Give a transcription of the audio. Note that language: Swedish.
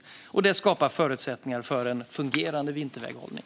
Det skapar förutsättningar för en fungerande vinterväghållning.